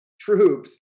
troops